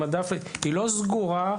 היא לא סגורה,